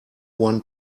one